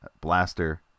Blaster